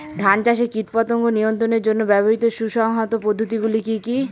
ধান চাষে কীটপতঙ্গ নিয়ন্ত্রণের জন্য ব্যবহৃত সুসংহত পদ্ধতিগুলি কি কি?